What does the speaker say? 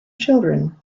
children